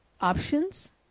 options